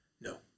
No